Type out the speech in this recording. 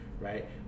Right